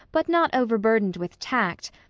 but not overburdened with tact,